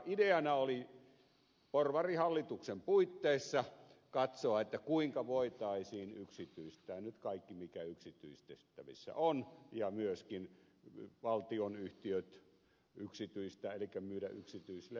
ideana oli porvarihallituksen puitteissa katsoa kuinka voitaisiin yksityistää nyt kaikki mikä yksityistettävissä on myöskin valtionyhtiöt yksityistää elikkä myydä yksityisille